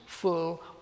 Full